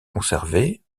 conservée